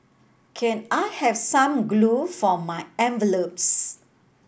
can I have some glue for my envelopes